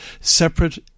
separate